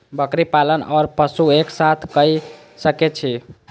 बकरी पालन ओर पशु एक साथ कई सके छी?